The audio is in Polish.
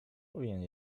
powinien